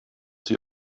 sie